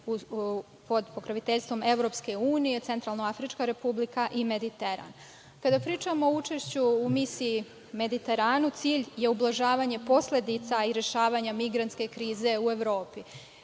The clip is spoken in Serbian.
pod pokroviteljstvom EU - Centralnoafrička Republika i Mediteran. Kada pričamo o učešću u misiji na Mediteranu, cilj je ublažavanje posledica i rešavanjem migrantske krize u Evropi.